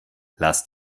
lass